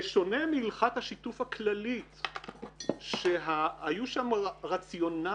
בשונה מהלכת השיתוף הכללי שהיו שם רציונלים